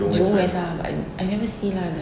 jurong west ah I I never see lah the